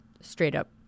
straight-up